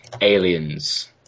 Aliens